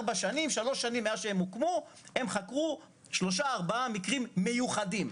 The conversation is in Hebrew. שלוש שנים מאז שהם הוקמו הם חקרו שלושה ארבעה מקרים "מיוחדים".